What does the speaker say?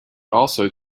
also